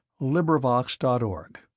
LibriVox.org